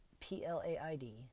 P-L-A-I-D